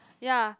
ya